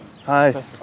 Hi